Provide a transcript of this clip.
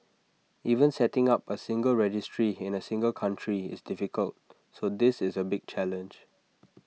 even setting up A single registry in A single country is difficult so this is A big challenge